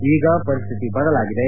ಈಗ ಪರಿಶ್ಥಿತಿ ಬದಲಾಗಿದೆ